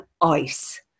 ice